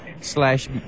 slash